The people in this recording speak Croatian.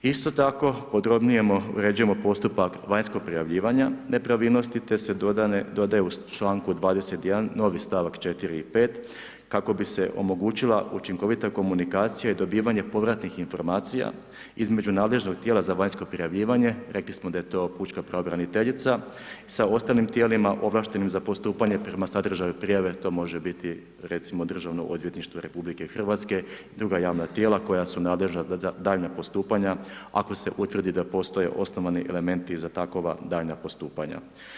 Isto tako podrobnije uređujemo postupak vanjskog prijavljivanja nepravilnosti te se dodaje u članku 21. novi stavak 4. i 5. kako bi se omogućila učinkovita komunikacija i dobivanje povratnih informacija između nadležnog tijela za vanjsko prijavljivanje, rekli smo da je to pučka pravobraniteljica sa ostalim tijelima ovlaštenim za postupanje prema sadržaju prijave to može biti recimo državno odvjetništvo RH, druga javna tijela koja su nadležna za daljnja postupanja ako se utvrdi da postoje osnovani elementi za takva daljnja postupanja.